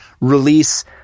release